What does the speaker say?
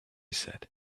said